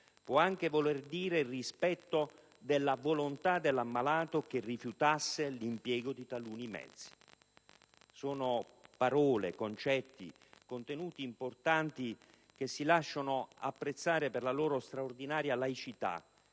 Può anche voler dire il rispetto della volontà dell'ammalato che rifiutasse l'impiego di taluni mezzi». Sono parole, concetti, contenuti importanti, che si lasciano apprezzare per la loro straordinaria laicità